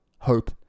Hope